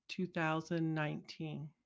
2019